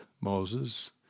Moses